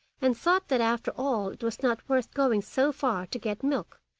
and thought that after all it was not worth going so far to get milk,